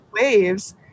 waves